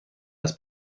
das